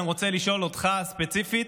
אני רוצה לשאול אותך ספציפית: